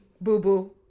Boo-boo